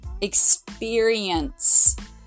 experience